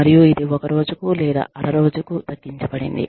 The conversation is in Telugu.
మరియు ఇది 1 రోజు లేదా 12 రోజుకు తగ్గించబడింది